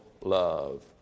love